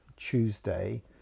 Tuesday